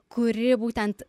kuri būtent